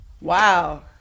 Wow